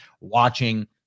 watching